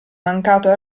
mancato